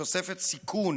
תוספת סיכון